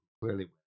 clearly